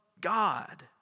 God